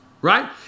Right